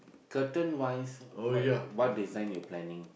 curtain wise what what what design you planning